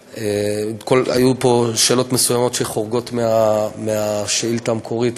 היו פה שאלות מסוימות שחורגות מהשאילתה המקורית,